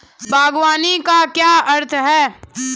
बागवानी का क्या अर्थ है?